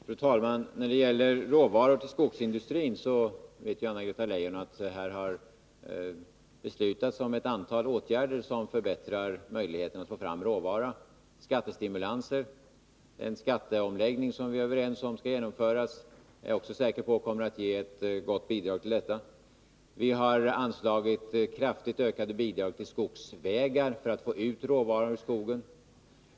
Fru talman! När det gäller råvaror till skogsindustrin vet Anna-Greta Leijon att det har beslutats om ett antal åtgärder som förbättrar möjligheterna att få fram råvara. Det sker bl.a. genom skattestimulanser. Den skatteomläggning som vi är överens om skall genomföras är jag säker på kommer att ge ett gott bidrag till detta. Vi har anslagit kraftigt ökade bidrag till skogsvägar för att man skall få ut råvaran ur skogen.